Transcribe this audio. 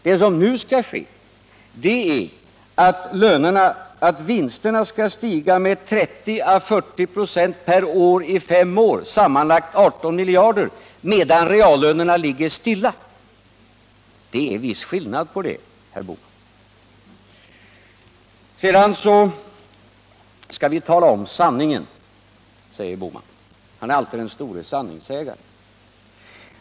Det som nu Torsdagen den skall ske är att vinsterna skall stiga med 30 å 40 96 per år i fem år, sammanlagt 14 december 1978 med 18 miljarder, medan reallönerna skall ligga stilla. Det är en viss skillnad det, herr Bohman. Vi skall tala om sanningen, säger Gösta Bohman. Han är alltid den stora sanningssägaren.